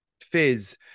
fizz